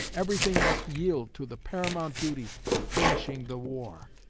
everything must yield to the paramount duty of finishing the war.